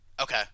Okay